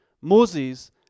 Moses